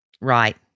Right